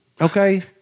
okay